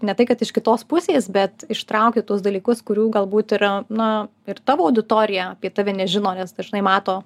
ne tai kad iš kitos pusės bet ištraukė tuos dalykus kurių galbūt yra na ir tavo auditorija apie tave nežino nes dažnai mato